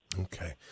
Okay